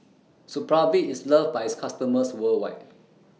Supravit IS loved By its customers worldwide